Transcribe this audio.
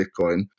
Bitcoin